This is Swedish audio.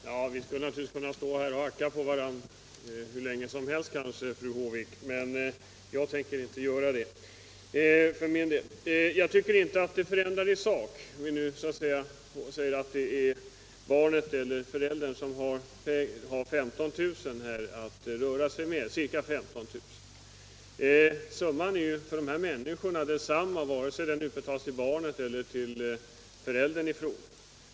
Herr talman! Vi skulle naturligtvis kunna stå här och hacka på varandra hur länge som helst, fru Håvik, men jag tänker inte göra det. Jag tycker inte att det förändrar något i sak om det är barnet eller föräldern som har ca 15 000 att röra sig med. Summan är för de här människorna densamma, vare sig den utbetalas till barnet eller till föräldern i fråga.